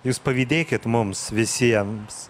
jūs pavydėkit mums visiems